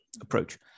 approach